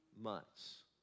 months